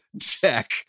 Check